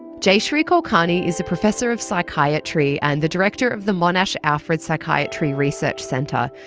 jayashri kulkarni is a professor of psychiatry and the director of the monash alfred psychiatry research centre,